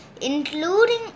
including